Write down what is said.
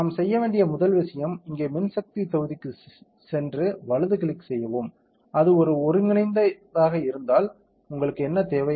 எனவே நாம் செய்ய வேண்டிய முதல் விஷயம் இங்கே மின்சக்தி தொகுதிக்குச் சென்று வலது கிளிக் செய்யவும் அது ஒரு ஒருங்கிணைந்ததாக இருந்தால் உங்களுக்கு என்ன தேவை